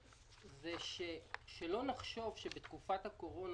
שלא נחשוב שבתקופת הקורונה,